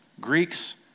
Greeks